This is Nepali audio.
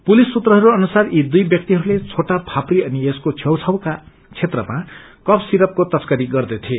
पुलिस सूत्रहरू अनुसार यी दुई व्याक्तिहरूले छोटा फापरी अनि यसको छेउ छाउका क्षेत्रमा कु सिरफको तश्करी गव्रथे